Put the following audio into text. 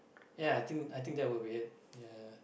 ya I think I think that would be it ya